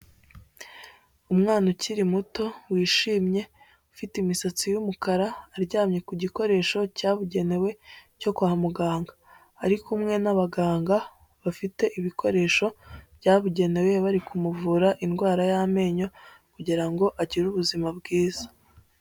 Umwana ukiri muto wishimye ufite imisatsi y'umukara aryamye ku gikoresho cyabugenewe cyo kwa muganga, ari kumwe n'abaganga bafite ibikoresho byabugenewe bari kumuvura indwara y'amenyo kugira ngo agire ubuzima bwiza.